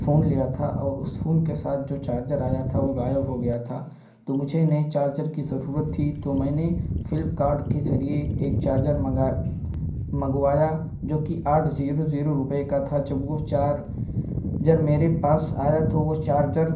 phone لیا تھا اور اس فون کے ساتھ جو چارجر آیا تھا وہ غائب ہو گیا تھا تو مجھے نئے چارجر کی ضرورت تھی تو میں نے فلپ کارٹ کے ذریعے ایک چارجر منگا منگوایا جو کہ آٹھ زیرو زیرو روپے کا تھا جب وہ چار جر میرے پاس آیا تو وہ چارجر